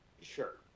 Sure